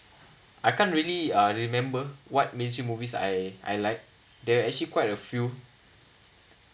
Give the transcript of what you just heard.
I can't really uh remember what military movies I I like there are actually quite a few